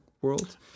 world